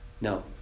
No